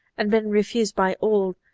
and been refused by all,